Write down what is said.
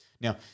Now